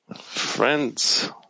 Friends